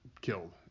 killed